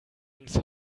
ins